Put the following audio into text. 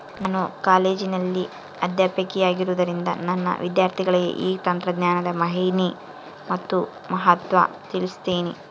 ನಾನು ಕಾಲೇಜಿನಲ್ಲಿ ಅಧ್ಯಾಪಕಿಯಾಗಿರುವುದರಿಂದ ನನ್ನ ವಿದ್ಯಾರ್ಥಿಗಳಿಗೆ ಈ ತಂತ್ರಜ್ಞಾನದ ಮಾಹಿನಿ ಮತ್ತು ಮಹತ್ವ ತಿಳ್ಸೀನಿ